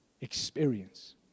Experience